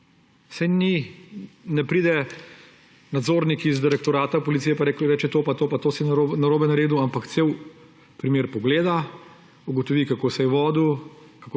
nek čas. Ne pride nadzornik iz direktorata policije pa reče, da to pa to pa to si narobe naredil, ampak cel primer pogleda, ugotovi, kako se je vodil,